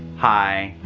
hi,